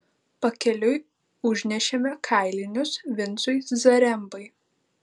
pakeliui užnešėme kailinius vincui zarembai